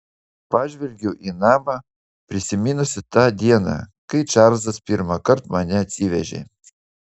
pažvelgiau į namą prisiminusi tą dieną kai čarlzas pirmąkart mane atsivežė